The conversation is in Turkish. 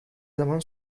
zaman